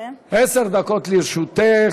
עשר דקות לרשותך.